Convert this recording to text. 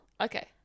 Okay